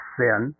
sin